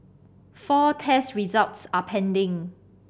four test results are pending